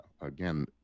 Again